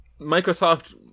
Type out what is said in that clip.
microsoft